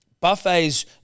buffets